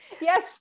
Yes